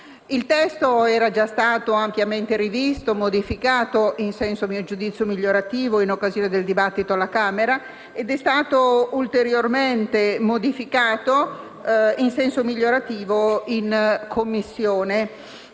Il testo era già stato ampiamente rivisto e modificato in senso - a mio giudizio - migliorativo in occasione del dibattito alla Camera ed è stato ulteriormente modificato positivamente in Commissione.